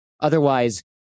Otherwise